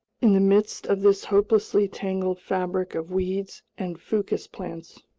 in the midst of this hopelessly tangled fabric of weeds and fucus plants,